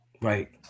Right